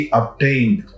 obtained